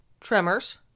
tremors